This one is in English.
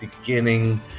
beginning